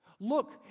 Look